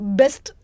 best